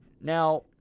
Now